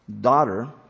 daughter